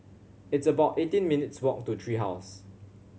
it's about eighteen minutes' walk to Tree House